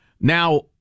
Now